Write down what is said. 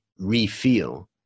refeel